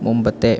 മുമ്പത്തെ